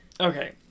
Okay